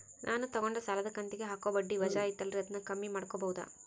ನಾನು ತಗೊಂಡ ಸಾಲದ ಕಂತಿಗೆ ಹಾಕೋ ಬಡ್ಡಿ ವಜಾ ಐತಲ್ರಿ ಅದನ್ನ ಕಮ್ಮಿ ಮಾಡಕೋಬಹುದಾ?